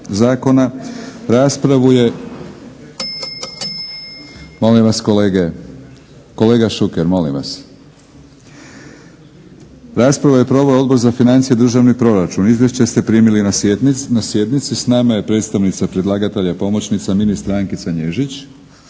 koje se odnose na drugo čitanje zakona. Raspravu je proveo Odbor za financije i državni proračun. Izvješće ste primili na sjednici. S nama je predstavnica predlagatelja pomoćnica ministra Ankica Nježić.